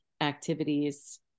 activities